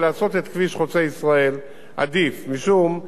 משום שבאופן אוטומטי זה יחלק את התנועה.